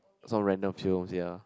it's all random films ya